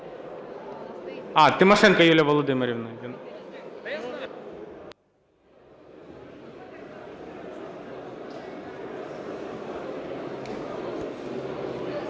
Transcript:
Тимошенко Юлія Володимирівна.